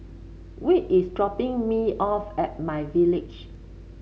Whit is dropping me off at MyVillage